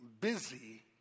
busy